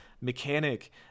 mechanic